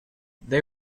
they